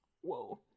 whoa